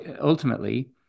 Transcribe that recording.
ultimately